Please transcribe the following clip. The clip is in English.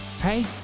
Hey